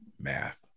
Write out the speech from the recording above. Math